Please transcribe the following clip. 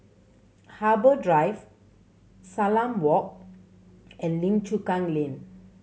Harbour Drive Salam Walk and Lim Chu Kang Lane